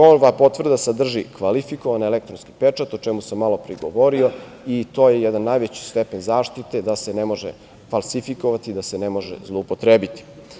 Ova potvrda sadrži kvalifikovani elektronski pečat o čemu sam malopre i govorio i to je jedan najveći stepen zaštite, da se ne može faslifikovati, da se ne može zloupotrebiti.